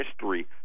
history